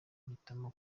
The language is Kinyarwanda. mpitamo